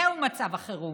זהו מצב החירום,